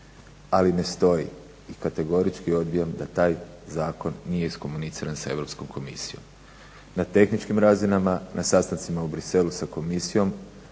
ali ne stoji i kategorički odbijam da taj zakon nije iskomuniciran s Europskom komisijom. Na tehničkim razinama, na sastancima u Bruxellesu sa komisijom